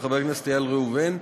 של חבר הכנסת איל בן ראובן,